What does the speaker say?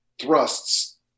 thrusts